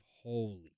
Holy